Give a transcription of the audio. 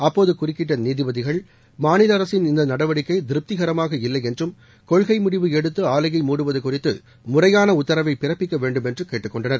அப்போது குறுக்கிட்ட நீதிபதிகள் மாநில அரசின் இந்த நடவடிக்கை திருப்திகரமாக இல்லை என்றும் கொள்கை முடிவு எடுத்து ஆலையை மூடுவது குறித்து முறையாள உத்தரவை பிறப்பிக்க வேண்டுமென்று கேட்டுக் கொண்டனர்